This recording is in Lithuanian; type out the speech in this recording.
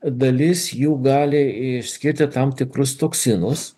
dalis jų gali išskirti tam tikrus toksinus